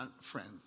friends